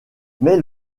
mais